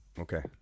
Okay